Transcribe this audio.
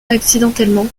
accidentellement